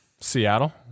Seattle